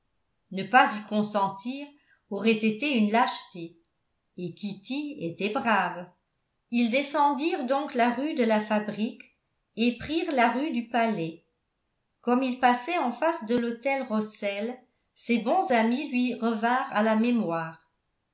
ne pas y consentir aurait été une lâcheté et kitty était brave ils descendirent donc la rue de la fabrique et prirent la rue du palais comme ils passaient en face de l'hôtel russell ses bons amis lui revinrent à la mémoire